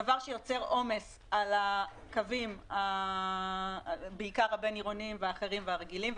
דבר שיוצר עומס בעיקר על הקוויים הבין-עירוניים והאחרים והרגילים,